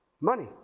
money